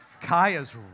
Kaya's